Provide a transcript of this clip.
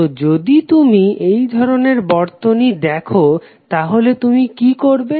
তো যদি তুমি এইধরনের বর্তনী দেখো তাহলে তুমি কি করবে